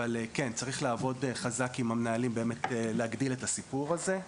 אבל בהחלט צריך לעבוד חזק עם המנהלים על מנת להגדיל את הסיפור הזה.